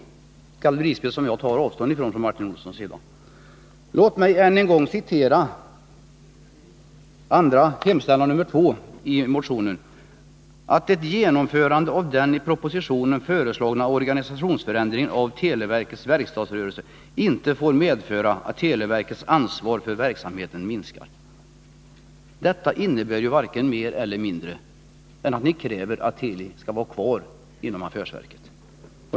Det är ett gallerispel från Martin Olssons sida som jag tar avstånd från. Nr 85 Låt mig än en gång citera andra yrkandet i motionen. Det lyder: ”att ett genomförande av den i propositionen föreslagna organisationsförändringen av televerkets verkstadsrörelse inte får medföra att televerkets ansvar för i är é ä z ä verksamheten EE ; Det kanvbär varken mer eller Hiindre. än att ni = Vissa åtgärder på kräver att Fel skall önäg kvar inom affärsverket.